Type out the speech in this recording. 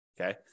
Okay